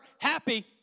happy